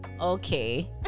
okay